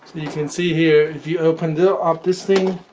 you can see here if you open them up this thing